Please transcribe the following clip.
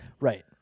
Right